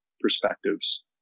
perspectives